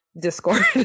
Discord